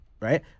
Right